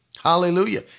Hallelujah